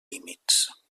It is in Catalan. límits